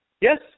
Yes